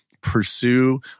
pursue